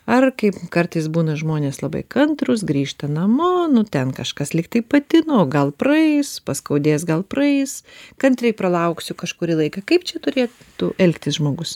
ar kaip kartais būna žmonės labai kantrūs grįžta namo nu ten kažkas lyg tai patino o gal praeis paskaudės gal praeis kantriai pralauksiu kažkurį laiką kaip čia turėtų elgtis žmogus